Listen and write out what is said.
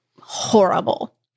horrible